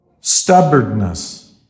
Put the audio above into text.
stubbornness